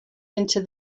into